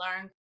learn